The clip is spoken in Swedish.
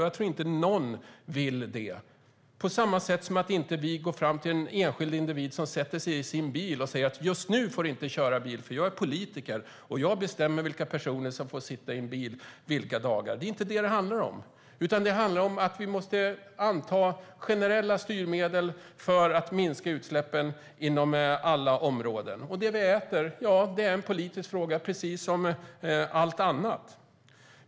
Jag tror inte att någon vill göra det, på samma sätt som att vi inte går fram till en enskild individ som sätter sig i sin bil och säger: Just nu får du inte köra bil, för jag är politiker och jag bestämmer vilka personer som får sitta i en bil och vilka dagar! Det är inte detta det handlar om. Det handlar om att vi måste anta generella styrmedel för att minska utsläppen inom alla områden. Det vi äter är en politisk fråga, precis som allt annat.